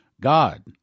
God